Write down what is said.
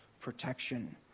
protection